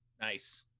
nice